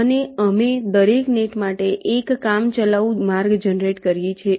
અને અમે દરેક નેટ માટે એક કામચલાઉ માર્ગ જનરેટ કરીએ છીએ